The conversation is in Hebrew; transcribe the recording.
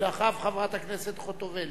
ואחריו, חברת הכנסת חוטובלי.